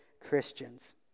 Christians